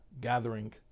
gathering